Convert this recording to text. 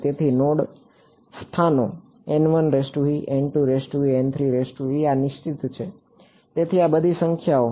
તેથી નોડ સ્થાનો આ નિશ્ચિત છે તેથી આ બધી સંખ્યાઓ